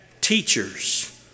teachers